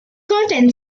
contain